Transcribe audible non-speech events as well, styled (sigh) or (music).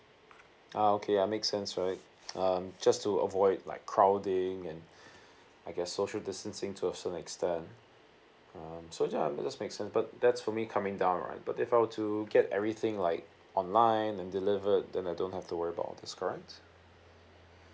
ah okay uh make sense right um just to avoid like crowding and (breath) I guess social distancing to a certain extend um so yeah that's make sense but that's for me coming down right but if I were to get everything like online and delivered then I don't have to worry about this correct